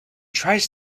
tries